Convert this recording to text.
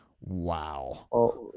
wow